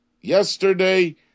yesterday